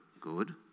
Good